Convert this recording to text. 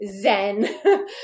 zen